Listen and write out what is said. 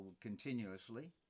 continuously